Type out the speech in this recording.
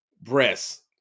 breasts